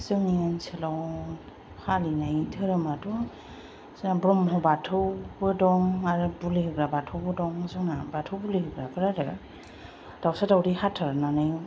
जोंनि ओनसोलाव फालिनाय धोरोमाथ' जोंहा ब्रह्म बाथौबो दं आरो बुलि होग्रा बाथौबो दं जोंना बाथौ बुलि होग्राफोर आरो दाउसा दाउदै हाथारनानै